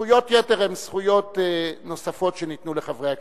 זכויות יתר הן זכויות נוספות שניתנו לחברי הכנסת.